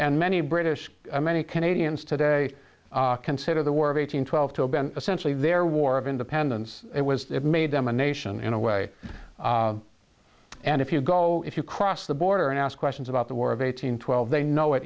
and many british many canadians today consider the war of eighteen twelve to zero been essentially their war of independence it was it made them a nation in a way and if you go if you cross the border and ask questions about the war of eighteen twelve they know it